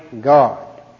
God